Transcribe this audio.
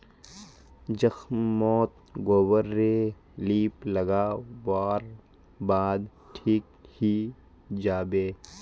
जख्म मोत गोबर रे लीप लागा वार बाद ठिक हिजाबे